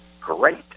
great